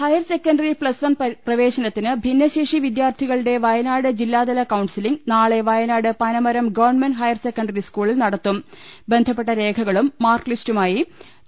higher secondary plus one പ്രവേശനത്തിന് ഭിന്നശേഷി വിദ്യാർഥികളുടെ വയനാട് ജില്ലാതല കൌൺസിലിംഗ് നാളെ Wayanad Panamaram government higher secondary സ്കൂളിൽ നട ബന്ധപ്പെട്ട രേഖകളും മാർക്ക്ലിസ്റ്റു മായി ത്തും